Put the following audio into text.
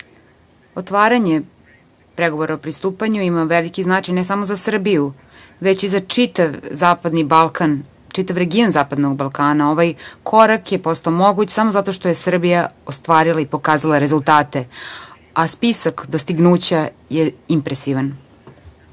Otvaranje pregovora o pristupanju ima veliki značaj ne samo za Srbiju, već i za čitav zapadni Balkan, čitav region zapadnog Balkana. Ovaj korak je postao moguć samo zato što je Srbija ostvarila i pokazala rezultate, a spisak dostignuća je impresivan. Iako